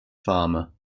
farmer